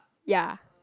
ya